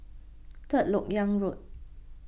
Third Lok Yang Road